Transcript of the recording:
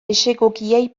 desegokiei